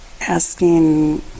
asking